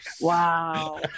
Wow